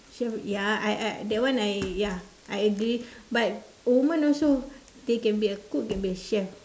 chef ya I I that one I ya I agree but woman also they can be a cook can be a chef